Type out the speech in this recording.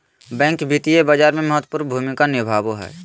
bank वित्तीय बाजार में महत्वपूर्ण भूमिका निभाबो हइ